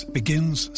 begins